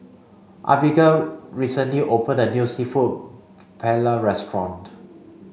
Abbigail recently opened a new Seafood Paella restaurant